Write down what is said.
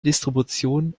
distribution